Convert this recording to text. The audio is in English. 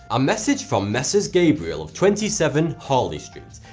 a message from messrs gabriel of twenty seven harley street,